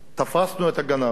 תפסנו את הגנב,